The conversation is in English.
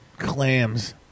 Clams